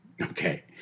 Okay